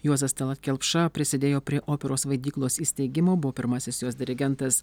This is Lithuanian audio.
juozas talat kelpša prisidėjo prie operos vaidyklos įsteigimo buvo pirmasis jos dirigentas